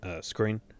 screen